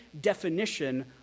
definition